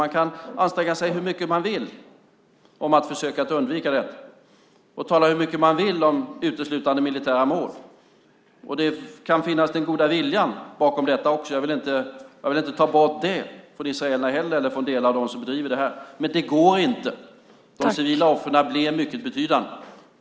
Man kan anstränga sig hur mycket man vill för att försöka att undvika detta och tala hur mycket man vill om uteslutande militära mål och det kan finnas en god vilja bakom detta också - jag vill inte ta bort det från israelerna eller delar av dem som driver det här - men det går inte. De civila offren blir mycket betydande.